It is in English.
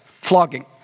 Flogging